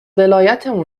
ولایتمون